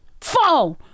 phone